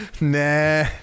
Nah